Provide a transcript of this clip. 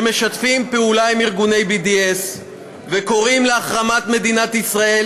שמשתפים פעולה עם ארגוני BDS וקוראים להחרמת מדינת ישראל